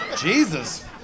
Jesus